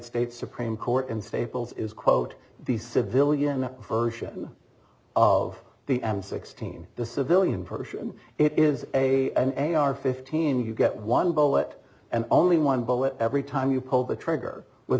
states supreme court in staples is quote the civilian for of the m sixteen the civilian person it is a a r fifteen you get one bullet and only one bullet every time you pull the trigger with